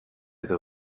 eta